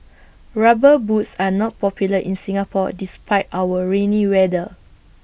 rubber boots are not popular in Singapore despite our rainy weather